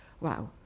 Wow